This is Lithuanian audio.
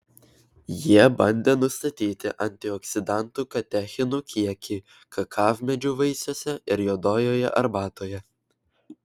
jie bandė nustatyti antioksidantų katechinų kiekį kakavmedžių vaisiuose ir juodojoje arbatoje